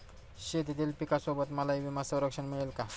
शेतीतील पिकासोबत मलाही विमा संरक्षण मिळेल का?